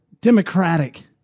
democratic